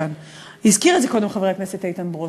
כאן הזכיר את זה קודם חבר הכנסת איתן ברושי.